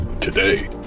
today